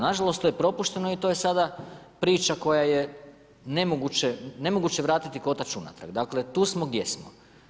Nažalost to je propušteno i to je sada priča koja je nemoguće vratiti kotač unazad, dakle tu smo gdje smo.